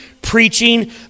preaching